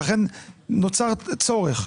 לכן נוצר צורך.